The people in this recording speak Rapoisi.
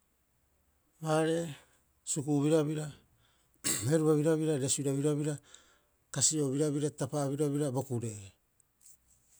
Maaree, suku'u birabira, heruba birabira, resiura birabira, kasi'oo birabira, tapa'a birabira, bo kure'ee.